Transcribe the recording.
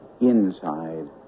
inside